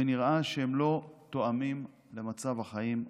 ונראה שהם לא תואמים את מצב החיים העדכני.